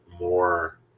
more